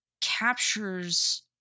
captures